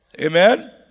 Amen